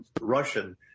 Russian